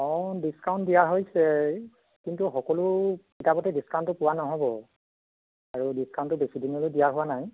অ' discount দিয়া হৈছে কিন্তু সকলো কিতাপতে ডিস্কাউণ্টটো পোৱা নহ'ব আৰু ডিস্কাউণ্টটো বেছি দিনলৈ দিয়া হোৱা নাই